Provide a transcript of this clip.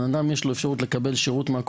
לאדם יש אפשרות לקבל שירות של רופא מסוים